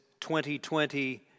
2020